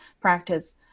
practice